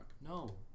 No